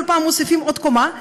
כל פעם מוסיפים עוד קומה,